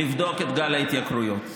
לבדוק את גל ההתייקרויות.